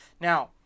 Now